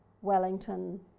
Wellington